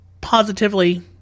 positively